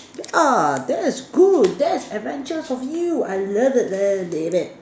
yeah that's good that's adventurous of you I love it then David